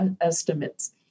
estimates